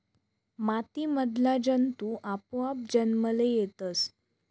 माती मधला जंतु आपोआप जन्मले येतस